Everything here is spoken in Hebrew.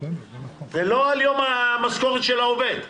ולא על יום המשכורת של העובד.